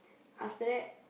after that